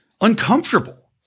uncomfortable